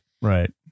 right